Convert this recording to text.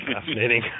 fascinating